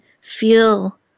feel